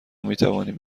میتوانیم